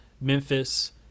Memphis